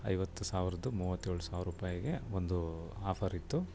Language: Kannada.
ಐವತ್ತು ಸಾವಿರದ್ದು ಮೂವತ್ತೇಳು ಸಾವಿರ ರೂಪಾಯ್ಗೆ ಒಂದು ಆಫರ್ ಇತ್ತು